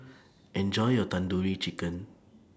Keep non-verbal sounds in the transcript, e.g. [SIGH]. [NOISE] Enjoy your Tandoori Chicken